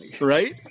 right